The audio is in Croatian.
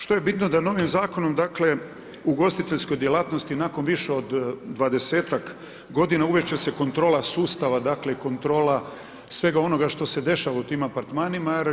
Što je bitno da novim zakonom dakle ugostiteljskoj djelatnosti nakon više od 20-ak godina uvest će se kontrola sustava, dakle kontrola svega onoga što se dešava u tim apartmanima.